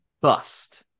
bust